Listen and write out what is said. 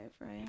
right